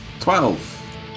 Twelve